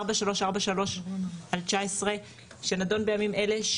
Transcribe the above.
בג"ץ 4343/19 שנדון בימים אלה,